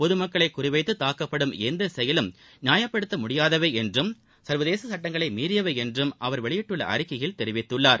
பொதுமக்களை குறிவைத்து தாக்கப்படும் எந்த செயலும் நியாயப்படுத்த முடியாதவை என்றும் சர்வதேச சட்டங்களை மீறியவை என்றும் அவர் வெளியிட்டுள்ள அறிக்கையில் தெரிவித்துள்ளார்